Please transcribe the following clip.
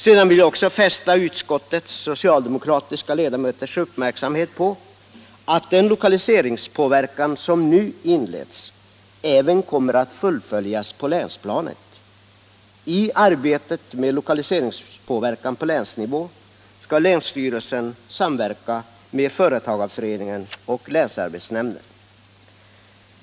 Sedan vill jag också fästa utskottets socialdemokratiska ledamöters uppmärksamhet på att den lokaliseringspåverkan som nu inletts kommer att fullföljas även på länsplanet. I arbetet med lokaliseringspåverkan på länsnivå skall länsstyrelsen samverka med företagarföreningen och länsarbetsnämnden.